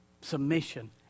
Submission